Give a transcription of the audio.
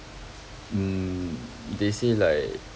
mm they say like